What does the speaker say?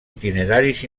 itineraris